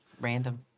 Random